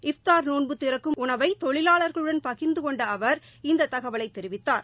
இஃப்தார் நோன்பு திறக்கும் உணவை தொழிலாளர்களுடன் பகிர்ந்து கொண்ட அவர் இந்தத் தகவலைத் தெரிவித்தார்